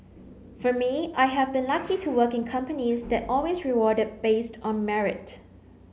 for me I have been lucky to work in companies that always rewarded based on merit